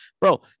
Bro